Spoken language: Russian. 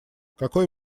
какой